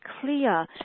clear